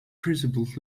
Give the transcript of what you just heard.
principles